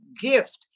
gift